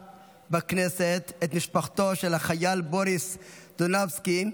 בכנסת את הוריו של החייל בוריס דונבצקי,